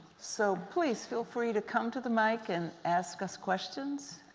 so please feel free to come to the mic and ask us questions.